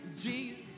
Jesus